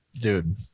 Dude